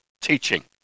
teaching